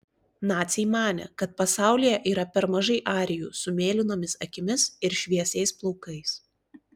naciai manė kad pasaulyje yra per mažai arijų su mėlynomis akimis ir šviesiais plaukais